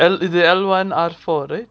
L is the L one R four right